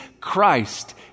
Christ